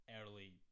early